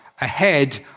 ahead